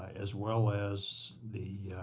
as well as the